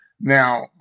Now